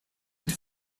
sept